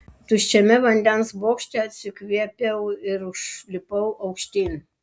tuščiame vandens bokšte atsikvėpiau ir užlipau aukštyn